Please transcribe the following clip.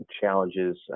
challenges